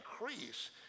increase